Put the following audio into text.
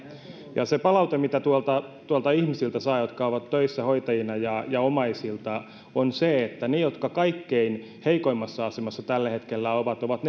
se palaute mitä tuolta niiltä ihmisiltä saa jotka ovat töissä hoitajina ja ja omaisilta on se että ne jotka kaikkein heikoimmassa asemassa tällä hetkellä ovat ovat